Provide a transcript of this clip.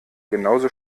genauso